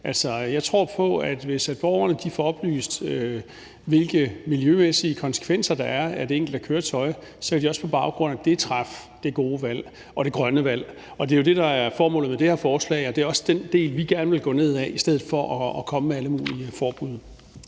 Jeg tror på, at hvis borgerne får oplyst, hvilke miljømæssige konsekvenser der er af det enkelte køretøj, så kan de også på baggrund af det træffe det gode valg og det grønne valg. Og det er jo det, der er formålet med det her forslag, og det er også den vej, vi gerne vil gå ned ad i stedet for at komme med alle mulige forbud.